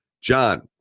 John